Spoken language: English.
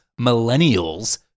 millennials